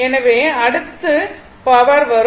எனவே அடுத்து பவர் வரும்